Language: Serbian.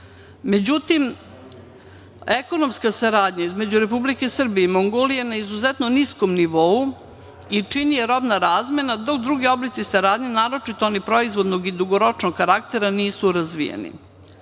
zemljom.Međutim, ekonomska saradnja između Republike Srbije i Mongolije je na izuzetno niskom nivou i čini je robna razmena, dok drugi oblici saradnje, naročito oni proizvodnog i dugoročnog karaktera nisu razvijeni. Nivo